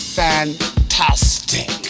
fantastic